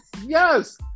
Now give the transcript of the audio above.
Yes